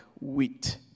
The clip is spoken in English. wheat